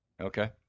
okay